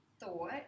thought